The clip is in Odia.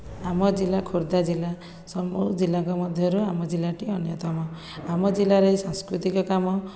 ଆମ ଜିଲ୍ଲା ଖୋର୍ଦ୍ଧା ଜିଲ୍ଲା ସବୁ ଜିଲ୍ଲାଙ୍କ ମଧ୍ୟରୁ ଆମ ଜିଲ୍ଲାଟି ଅନ୍ୟତମ ଆମ ଜିଲ୍ଲାରେ ସାଂସ୍କୃତିକ କାମ